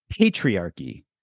patriarchy